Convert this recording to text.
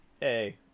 hey